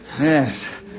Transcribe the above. Yes